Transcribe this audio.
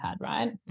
right